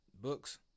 books